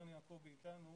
רן יעקובי כאן.